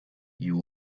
you